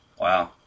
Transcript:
Wow